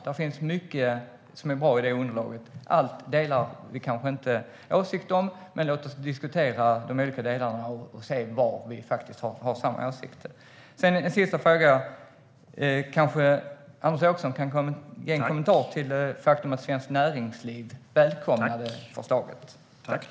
Det finns mycket som är bra i det underlaget. Allt delar vi kanske inte åsikt om, men låt oss diskutera de olika delarna och se var vi faktiskt har samma åsikter. Till sist undrar jag om Anders Åkesson kan ge en kommentar till det faktum att Svenskt Näringsliv välkomnade förslaget.